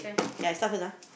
k I start first ah